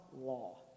law